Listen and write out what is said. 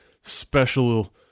special